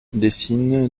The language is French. dessine